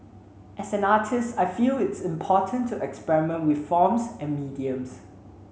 as an artist I feel it is important to experiment with forms and mediums